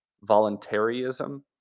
voluntarism